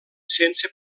sense